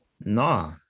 Nah